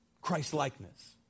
Christ-likeness